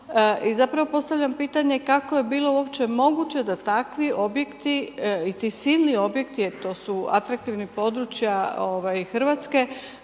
I zapravo postavljam pitanje kako je bilo uopće moguće da takvi objekti i ti silni objekti jer to su atraktivna područja Hrvatske